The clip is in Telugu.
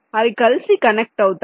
అవి కలిసి కనెక్ట్ అవుతాయి